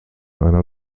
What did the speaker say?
einer